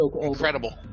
incredible